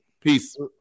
Peace